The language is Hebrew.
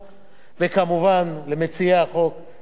וכמובן, למציעי החוק, תודה רבה